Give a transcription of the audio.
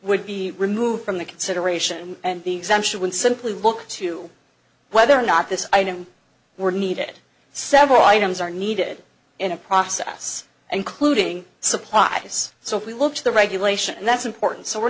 would be removed from the consideration and the exemption would simply look to whether or not this item were needed several items are needed in a process and clude ing supplies so if we look to the regulation that's important so we're